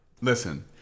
Listen